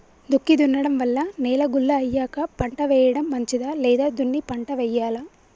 దుక్కి దున్నడం వల్ల నేల గుల్ల అయ్యాక పంట వేయడం మంచిదా లేదా దున్ని పంట వెయ్యాలా?